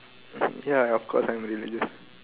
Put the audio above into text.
ya of course I'm religious